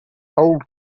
old